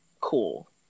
cool